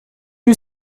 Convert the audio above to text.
you